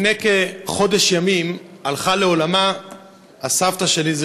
לפני כחודש ימים הלכה לעולמה הסבתא שלי,